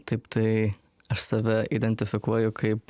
taip tai aš save identifikuoju kaip